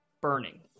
burning